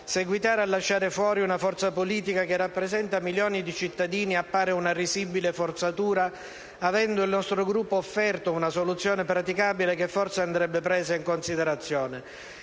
Seguitare a lasciare fuori una forza politica che rappresenta milioni di cittadini appare una risibile forzatura, avendo il nostro Gruppo offerto una soluzione praticabile che forse andrebbe presa in considerazione.